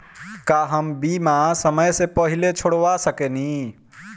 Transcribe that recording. का हम बीमा समय से पहले छोड़वा सकेनी?